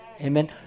Amen